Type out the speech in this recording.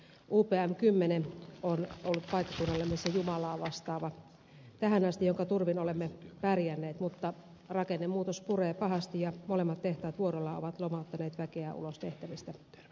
upm kymmene on ollut paikkakunnallani se jumalaa vastaava tähän asti jonka turvin olemme pärjänneet mutta rakennemuutos puree pahasti ja molemmat tehtaat vuorollaan ovat lomauttaneet väkeä ulos tehtävistä